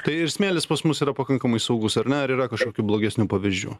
tai ir smėlis pas mus yra pakankamai saugus arne ar yra kažkokių blogesnių pavyzdžių